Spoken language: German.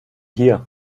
hier